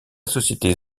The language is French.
société